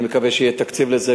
אני מקווה שיהיה תקציב לזה,